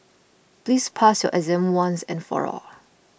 please pass your exam once and for all